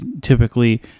typically